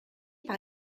par